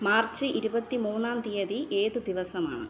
March ഇരുപത്തി മൂന്നാം തീയതി ഏത് ദിവസമാണ്